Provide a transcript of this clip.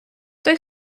той